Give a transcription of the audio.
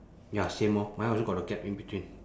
ya same orh mine also got the gap in between